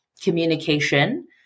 communication